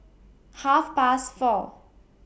Half Past four